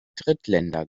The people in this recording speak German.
drittländer